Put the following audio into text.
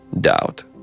doubt